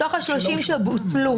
מתוך 30 שבוטלו.